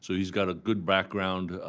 so he's got a good background.